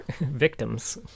victims